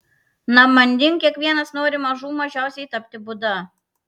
na manding kiekvienas nori mažų mažiausiai tapti buda